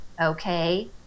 okay